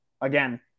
again